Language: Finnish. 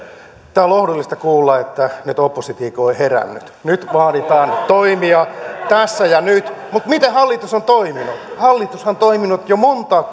tämä on lohdullista kuulla että nyt oppositiokin on herännyt nyt vaaditaan toimia tässä ja nyt mutta miten hallitus on toiminut hallitushan on toiminut jo monta